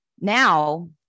Now